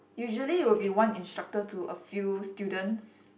usually it will be one instructor to a few students